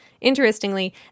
Interestingly